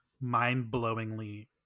mind-blowingly